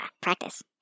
practice